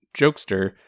jokester